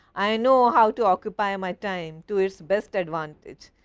i know how to occupy my time to its best advantage.